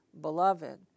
Beloved